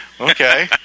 Okay